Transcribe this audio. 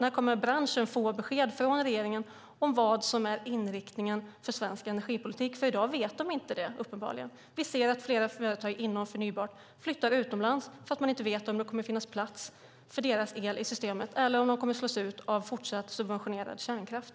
När kommer branschen att få besked från regeringen om vad som är inriktningen för svensk energipolitik? Uppenbarligen vet man inte det i dag. Vi ser att flera företag inom det förnybara flyttar utomlands därför att de inte vet om det kommer att finnas plats för deras el i systemet eller om de kommer att slås ut av fortsatt subventionerad kärnkraft.